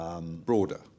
broader